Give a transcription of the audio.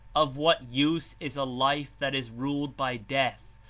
of what use is a life that is ruled by death,